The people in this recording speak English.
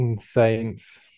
Saints